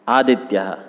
आदित्यः